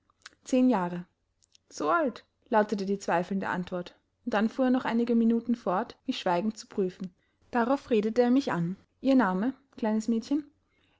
zehn jahre so alt lautete die zweifelnde antwort und dann fuhr er noch einige minuten fort mich schweigend zu prüfen darauf redete er mich an ihr name kleines mädchen